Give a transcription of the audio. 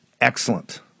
Excellent